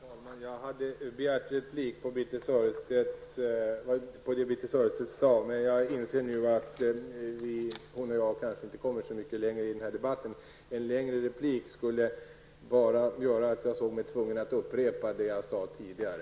Herr talman! Jag hade begärt replik på det Birthe Sörestedt sade, men jag inser nu att hon och jag kanske inte kommer så mycket längre i den här debatten. En replik skulle bara göra att jag ser mig tvungen att upprepa det jag sade tidigare.